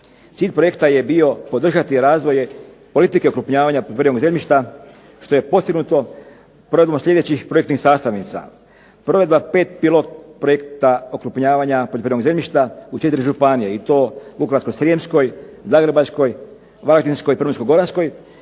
Cilj projekta je bio podržati razvoje politike okrupnjavanja poljoprivrednog zemljišta što je postignuto provedbom sljedećih projektnih sastavnica. Provedba 5 pilot projekta okrupnjavanja poljoprivrednog zemljišta u 4 županije i to u Vukovarsko-srijemskoj, Zagrebačkoj, Varaždinskoj, Primorsko-goranskoj